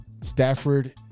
Stafford